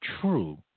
true